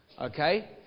okay